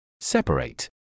separate